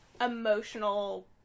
Emotional